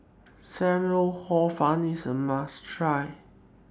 SAM Lau Hor Fun IS A must Try